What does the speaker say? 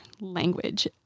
language